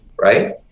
right